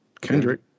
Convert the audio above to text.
Kendrick